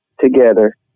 together